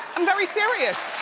i'm very serious.